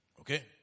Okay